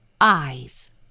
eyes